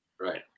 Right